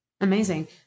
Amazing